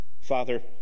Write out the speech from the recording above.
Father